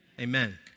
amen